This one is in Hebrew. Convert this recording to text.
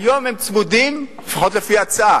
היום הם צמודים, לפחות לפי ההצעה.